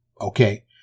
Okay